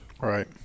Right